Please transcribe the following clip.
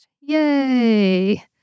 Yay